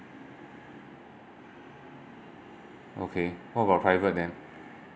okay what about private then